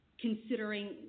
considering